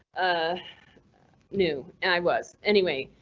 ah new and i was anyway,